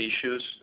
issues